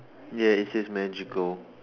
ya it says magical